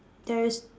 there is